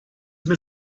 mit